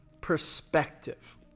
perspective